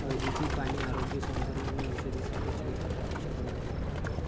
हळदीची पाने आरोग्य, सौंदर्य आणि औषधी साठी चमत्कारापेक्षा कमी नाहीत